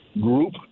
group